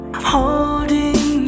Holding